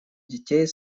детей